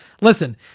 Listen